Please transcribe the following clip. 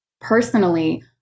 personally